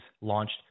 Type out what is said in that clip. launched